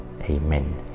Amen